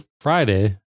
Friday